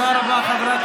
זהו, נגמר,